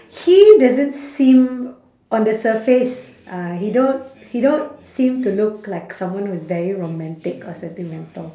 he doesn't seem on the surface uh he don't he don't seem to look like someone who's very romantic or sentimental